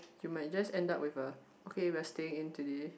you might just end up with a okay we are staying in today